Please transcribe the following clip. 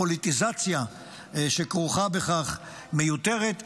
הפוליטיזציה שכרוכה בכך מיותרת.